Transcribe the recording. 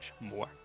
more